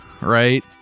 right